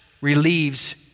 relieves